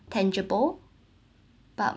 tangible but